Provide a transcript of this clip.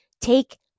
take